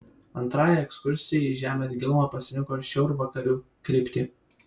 antrajai ekskursijai į žemės gilumą pasirinko šiaurvakarių kryptį